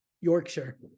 Yorkshire